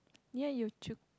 near Yio Chu~